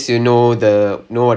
ye~